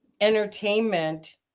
entertainment